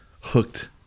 hooked